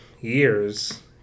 years